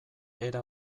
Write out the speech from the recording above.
era